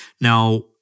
Now